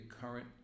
current